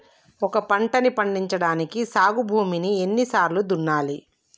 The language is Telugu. ఒక పంటని పండించడానికి సాగు భూమిని ఎన్ని సార్లు దున్నాలి?